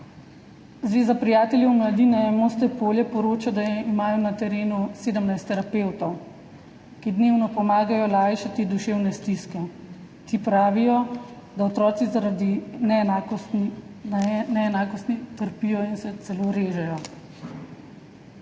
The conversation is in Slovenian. Zveza prijateljev mladine Moste-Polje poroča, da imajo na terenu 17 terapevtov, ki dnevno pomagajo lajšati duševne stiske. Ti pravijo, da otroci zaradi neenakosti trpijo in se celo režejo.